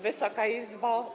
Wysoka Izbo!